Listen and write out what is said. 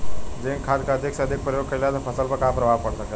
Zinc खाद क अधिक से अधिक प्रयोग कइला से फसल पर का प्रभाव पड़ सकेला?